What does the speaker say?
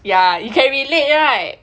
ya you can relate right